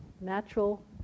natural